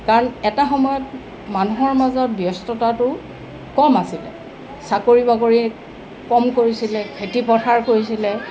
কাৰণ এটা সময়ত মানুহৰ মাজত ব্যস্ততাটো কম আছিলে চাকৰি বাকৰি কম কৰিছিলে খেতিপথাৰ কৰিছিলে